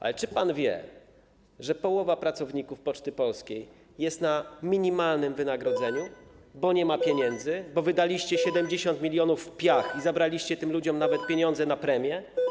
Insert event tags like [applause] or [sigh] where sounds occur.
Ale czy pan wie, że połowa pracowników Poczty Polskiej jest na minimalnym wynagrodzeniu, [noise] bo nie ma pieniędzy, bo wydaliście 70 mln w piach i zabraliście tym ludziom nawet pieniądze na premie?